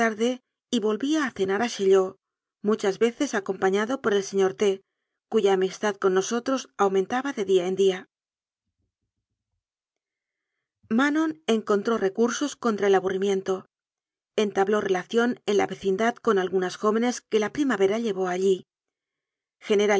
y volvía a cenar a chaillot muchas veces acompañado por el señor t cuya amistad con nosotros aumentaba de día en día manon encontró recursos contra el aburrimien to entabló relación en la vecindad con algunas jó venes que la primavera llevó allí